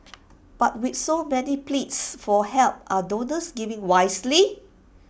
but with so many pleas for help are donors giving wisely